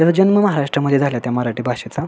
त्याचा जन्म महाराष्ट्रामध्ये झाला त्या मराठी भाषेचा